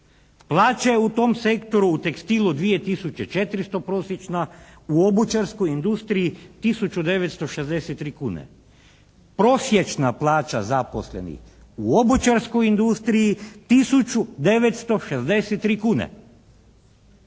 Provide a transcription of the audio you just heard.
Plaće u tom sektoru, u tekstilu 2 tisuće 400 prosječna, u obućarskoj industriji tisuću 963 kune. Prosječna plaća zaposlenih u obućarskoj industriji tisuću 963 kune.